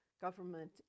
government